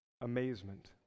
amazement